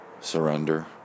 surrender